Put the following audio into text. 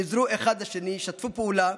עזרו אחד לשני, שתפו פעולה.